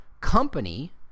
company